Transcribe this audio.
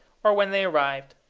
or when they arrived.